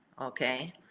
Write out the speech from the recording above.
Okay